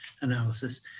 analysis